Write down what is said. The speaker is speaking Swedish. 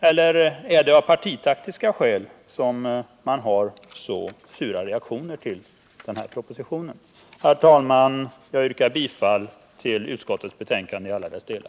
Eller är det av partitaktiska skäl som man har så sura reaktioner? Herr talman! Jag yrkar bifall till utskottets hemställan på alla punkter.